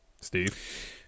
steve